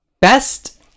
best